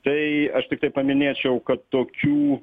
tai aš tiktai paminėčiau kad tokių